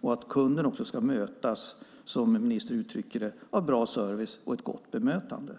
och att kunden ska mötas, som ministern uttrycker det, av bra service och ett gott bemötande.